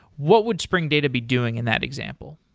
what would spring data be doing in that example?